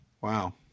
Wow